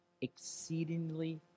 exceedingly